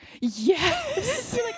yes